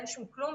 ואין שום כלום,